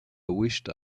wished